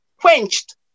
quenched